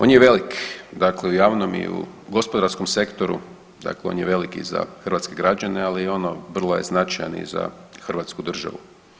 On je velik dakle u javnom i u gospodarskom sektoru, on je velik i za hrvatske građane, ali ono vrlo je značajan i za Hrvatsku državu.